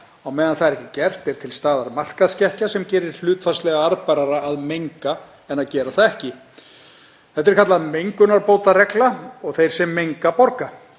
Á meðan það er ekki gert er til staðar markaðsskekkja sem gerir hlutfallslega arðbærara að menga en að gera það ekki. Þetta er kallað mengunarbótareglan og þeir sem menga borga.